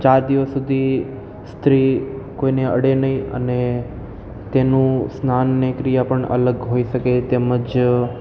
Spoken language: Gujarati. ચાર દિવસ સુધી સ્ત્રી કોઈને અડે નહીં અને તેનું સ્નાન અને ક્રિયા પણ અલગ હોઈ શકે તેમજ